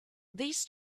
these